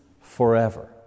forever